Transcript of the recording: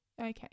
okay